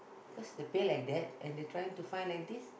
cause the pay like that and they trying to fine like this